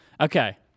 Okay